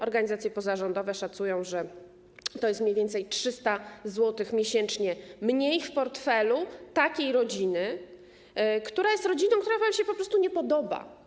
Organizacje pozarządowe szacują, że to jest mniej więcej 300 zł miesięcznie mniej w portfelu takiej rodziny - rodziny, która wam się po prostu nie podoba.